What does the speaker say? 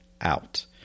out